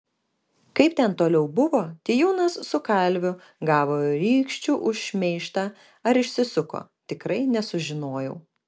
kaip ten toliau buvo tijūnas su kalviu gavo rykščių už šmeižtą ar išsisuko tikrai nesužinojau